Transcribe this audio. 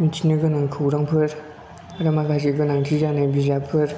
मिथिनो गोनां खौरांफोर आरो माखासे गोनांथि जानाय बिजाबफोर